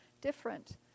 different